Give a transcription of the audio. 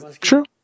True